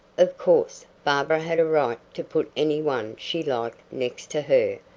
of course, barbara had a right to put any one she liked next to her,